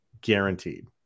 guaranteed